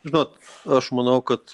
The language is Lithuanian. žinot aš manau kad